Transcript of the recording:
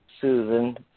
Susan